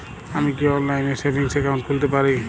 আমি কি অনলাইন এ সেভিংস অ্যাকাউন্ট খুলতে পারি?